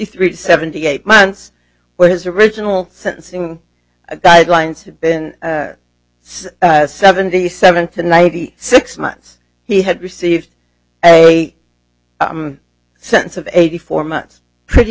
three seventy eight months where his original sentencing guidelines have been seventy seven to ninety six months he had received a sense of eighty four months pretty